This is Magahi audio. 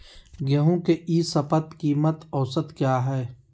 गेंहू के ई शपथ कीमत औसत क्या है?